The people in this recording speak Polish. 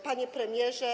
Panie Premierze!